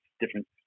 different